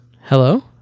Hello